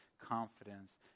confidence